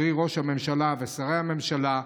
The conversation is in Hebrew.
קרי ראש הממשלה ושרי הממשלה,